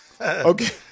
Okay